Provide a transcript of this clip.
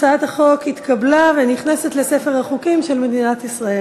הצעת החוק התקבלה ונכנסת לספר החוקים של מדינת ישראל.